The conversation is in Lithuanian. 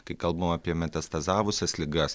kai kalbu apie metastazavusias ligas